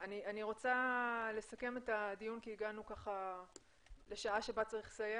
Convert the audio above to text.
אני רוצה לסכם את הדיון כי הגענו לשעה שבה צריך לסיים.